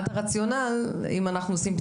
מבחינת הרציונל,